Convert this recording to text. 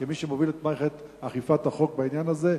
כמי שמוביל את מערכת אכיפת החוק בעניין הזה,